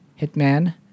Hitman